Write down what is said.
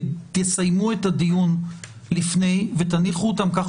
תסיימו את הדיון לפני ותניחו אותן כך